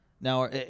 Now